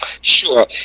Sure